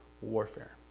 warfare